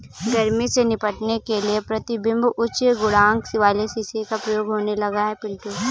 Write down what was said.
गर्मी से निपटने के लिए प्रतिबिंब उच्च गुणांक वाले शीशे का प्रयोग होने लगा है पिंटू